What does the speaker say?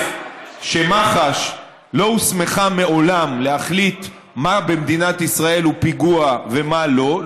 מח"ש לא הוסמכה מעולם להחליט מה במדינת ישראל הוא פיגוע ומה לא.